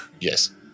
Yes